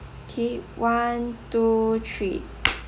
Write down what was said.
K one two three